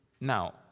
Now